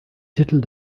titel